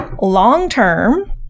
long-term